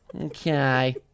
Okay